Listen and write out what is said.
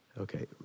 Okay